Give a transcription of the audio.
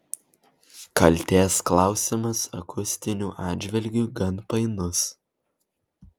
kaltės klausimas akustiniu atžvilgiu gan painus